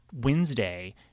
Wednesday